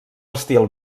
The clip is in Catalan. estil